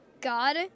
God